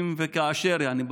אם וכאשר, יעני,